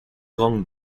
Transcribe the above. kong